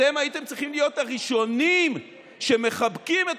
אתם הייתם צריכים להיות הראשונים שמחבקים את